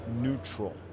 neutral